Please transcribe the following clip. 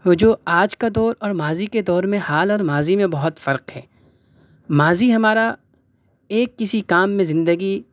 وہ جو آج کا دور اور ماضی کے دور میں حال اور ماضی میں بہت فرق ہے ماضی ہمارا ایک کسی کام میں زندگی